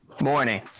Morning